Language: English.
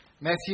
Matthew